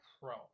pro